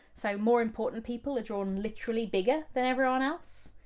so more important people are drawn literally bigger than everyone else.